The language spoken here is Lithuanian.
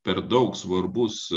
per daug svarbus